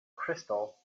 crystal